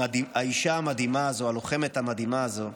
האישה המדהימה הזו, הלוחמת המדהימה הזו,